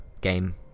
game